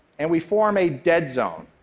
and we form a dead zone.